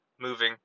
moving